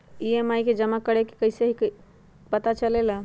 EMI कव जमा करेके हई कैसे पता चलेला?